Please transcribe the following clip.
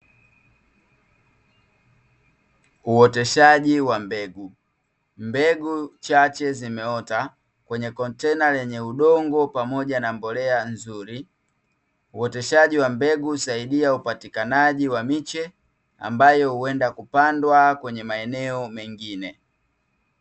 Uoteshaji wa mbegu, mbegu chache zimeota kwenye kontena lenye udongo pamoja na mbolea nzuri, uoteshaji wa mbegu husaidia upatikanaji wa miche ambayo huenda kupandwa kwenye maeneo mengine.